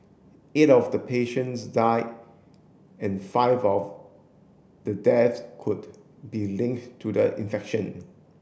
eight of the patients die and five of the death could be link to the infection